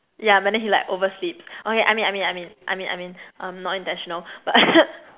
yeah but then he like oversleeps okay I mean I mean I mean I mean I mean um not intentional but